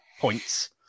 points